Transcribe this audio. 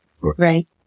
Right